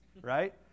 right